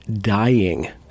dying